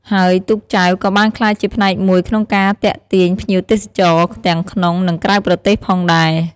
ហើយទូកចែវក៏បានក្លាយជាផ្នែកមួយក្នុងការទាក់ទាញភ្ញៀវទេសចរណ៍ទាំងក្នុង និងក្រៅប្រទេសផងដែរ។